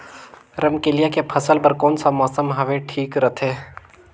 रमकेलिया के फसल बार कोन सा मौसम हवे ठीक रथे?